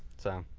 so,